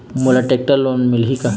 मोला tractor loan मिलही का?